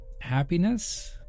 Happiness